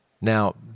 Now